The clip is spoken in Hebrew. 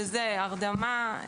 שזה הרדמה,